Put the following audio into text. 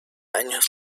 años